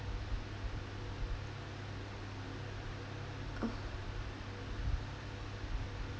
oh